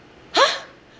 !huh!